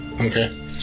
Okay